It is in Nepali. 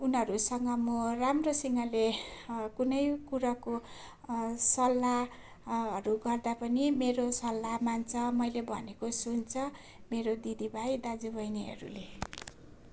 उनीहरूसँग म राम्रोसँगले कुनै कुराको सल्लाह हरू गर्दा पनि मेरो सल्लाह मान्छ मैले भनेको सुन्छ मेरो दिदीभाइ दाजुबहिनीहरूले